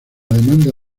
demanda